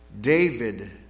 ...David